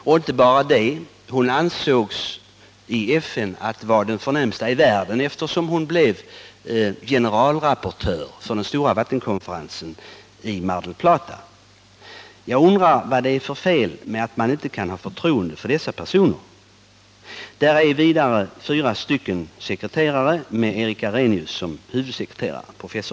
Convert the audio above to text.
Och inte bara det — hon ansågs i FN vara den förnämsta i världen, eftersom hon blev generalrapportör för den stora vattenkonferensen i Mar del Plata. Jag undrar vad det är för fel då man inte kan ha förtroende för dessa personer. Vidare finns fyra sekreterare med professor Erik Arrhenius som huvudsekreterare.